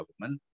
government